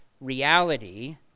reality